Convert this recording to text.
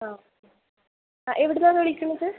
ആ ആ എവിടുന്നാണ് വിളിക്കുന്നത്